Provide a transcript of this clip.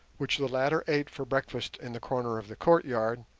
which the latter ate for breakfast in the corner of the courtyard,